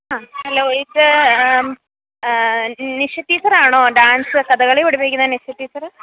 ആ ഹലോ ഇത് നിഷട്ടീച്ചറാണോ ഡാന്സ് കഥകളി പഠിപ്പിക്കുന്ന നിഷറ്റീച്ചര്